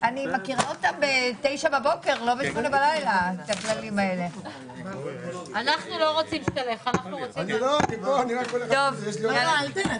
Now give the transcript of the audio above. פעם זאת ישראל ביתנו, פעם זה הליכוד,